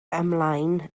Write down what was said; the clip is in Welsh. ymlaen